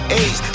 age